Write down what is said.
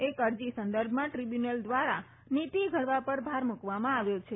એક અરજી સંદર્ભમાં ટ્રીબ્યુનલ દ્વારા નીતી ધડવા પર ભાર મુકવામાં આવ્યો છે